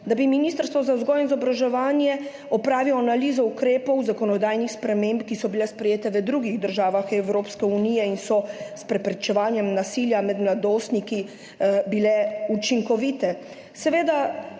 da bi Ministrstvo za vzgojo in izobraževanje opravilo analizo ukrepov, zakonodajnih sprememb, ki so bile sprejete v drugih državah Evropske unije in so bile s preprečevanjem nasilja med mladostniki učinkovite.